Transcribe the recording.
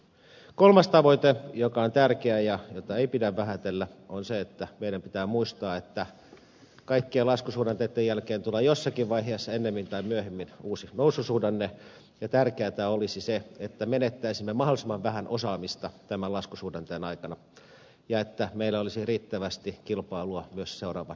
kolmas tavoite joka on tärkeä ja jota ei pidä vähätellä on se että meidän pitää muistaa että kaikkien laskusuhdanteitten jälkeen tulee jossakin vaiheessa ennemmin tai myöhemmin uusi noususuhdanne ja tärkeätä olisi se että menettäisimme mahdollisimman vähän osaamista tämän laskusuhdanteen aikana ja meillä olisi riittävästi kilpailua myös seuraavan noususuhdanteen aikana